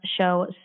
show